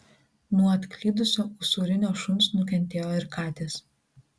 nuo atklydusio usūrinio šuns nukentėjo ir katės